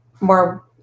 more